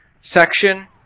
section